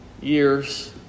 years